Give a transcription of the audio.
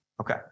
Okay